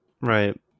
right